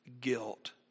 guilt